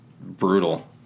brutal